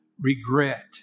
regret